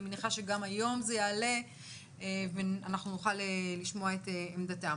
אני מניחה שגם היום זה יעלה ואנחנו נוכל לשמוע את עמדתם.